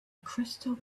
crystal